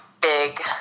big